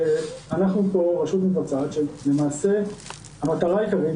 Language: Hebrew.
אנחנו פה רשות מבצעת שלמעשה המטרה העיקרית